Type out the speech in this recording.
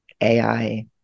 AI